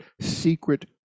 secret